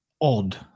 odd